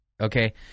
Okay